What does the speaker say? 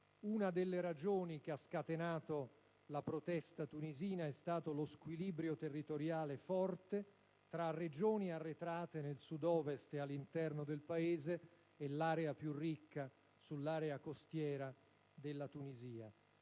Una delle ragioni che ha scatenato la protesta tunisina è il forte squilibrio territoriale esistente tra regioni arretrate del Sud-Ovest e dell'interno del Paese e la zona più ricca dell'area costiera della Tunisia.